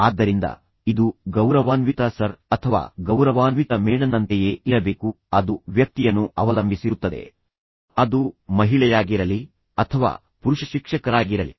ಆದ್ದರಿಂದ ಇದು ಗೌರವಾನ್ವಿತ ಸರ್ ಅಥವಾ ಗೌರವಾನ್ವಿತ ಮೇಡಂನಂತೆಯೇ ಇರಬೇಕು ಅದು ವ್ಯಕ್ತಿಯನ್ನು ಅವಲಂಬಿಸಿರುತ್ತದೆ ಅದು ಮಹಿಳೆಯಾಗಿರಲಿ ಅಥವಾ ಪುರುಷ ಶಿಕ್ಷಕರಾಗಿರಲಿ